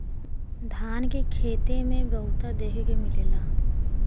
धान के खेते में बहुते देखे के मिलेला